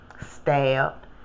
stabbed